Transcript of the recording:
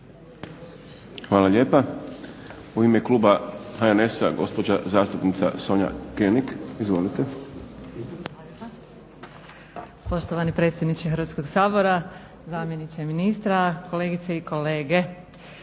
Hvala lijepa. U ime kluba HNS-a gospođa zastupnica Sonja König. Izvolite. **König, Sonja (HNS)** Poštovani predsjedniče Hrvatskog sabora, zamjeniče ministra, kolegice i kolege.